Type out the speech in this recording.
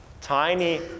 tiny